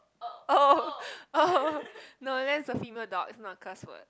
oh oh no that's a female dog it's not a curse word